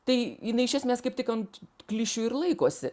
tai jinai iš esmės kaip tik ant klišių ir laikosi